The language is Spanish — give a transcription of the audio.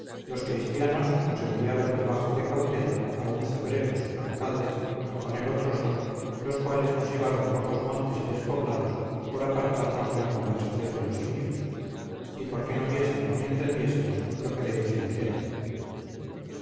los cristianos nos enviaron debajo de cautela a un cebreros alcalde y con él otros dos los cuales nos llevaron por los montes y despoblados por apartarnos de la conversación de los indios y porque no viésemos ni entendiésemos lo que de hecho hicieron